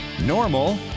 normal